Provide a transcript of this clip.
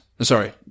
Sorry